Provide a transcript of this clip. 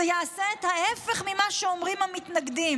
"זה יעשה את ההפך ממה שאומרים המתנגדים.